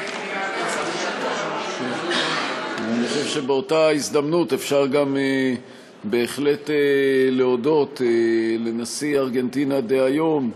אני חושב שבאותה הזדמנות אפשר גם בהחלט להודות לנשיא ארגנטינה דהיום,